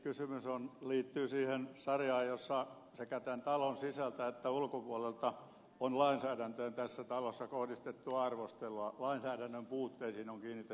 tämä jätevesikysymys liittyy siihen sarjaan jossa sekä tämän talon sisältä että ulkopuolelta on lainsäädäntöön tässä talossa kohdistettu arvostelua lainsäädännön puutteisiin on kiinnitetty huomiota